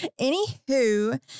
Anywho